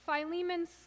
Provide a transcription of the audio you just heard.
Philemon's